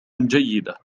جيدة